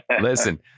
Listen